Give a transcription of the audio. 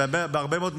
אשר מתחילה לה היום.